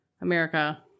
America